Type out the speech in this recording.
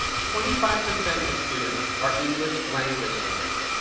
twenty five percent of students are english language learners.